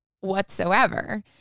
whatsoever